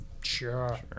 Sure